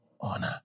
Honor